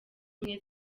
ubumwe